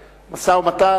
תתכנס הוועדה?